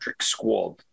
squad